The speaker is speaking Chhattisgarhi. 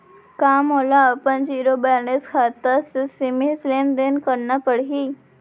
का मोला अपन जीरो बैलेंस खाता से सीमित लेनदेन करना पड़हि?